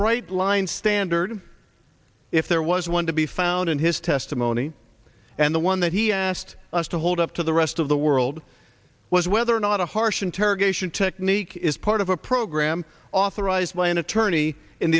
bright line standard if there was one to be found in his testimony and the one that he asked us to hold up to the rest of the world was whether or not a harsh interrogation technique is part of a program authorized by an attorney